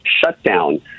shutdown